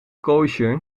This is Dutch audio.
koosjer